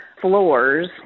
floors